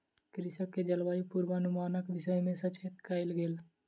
कृषक के जलवायु पूर्वानुमानक विषय में सचेत कयल गेल